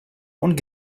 und